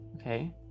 Okay